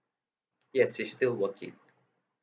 yes she's still working